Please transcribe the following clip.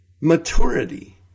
maturity